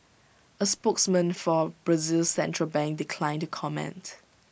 A spokesman for Brazil's central bank declined to comment